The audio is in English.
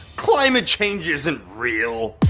climate change isn't real.